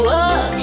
up